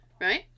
right